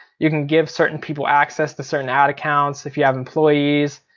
you can give certain people access to certain ad accounts if you have employees.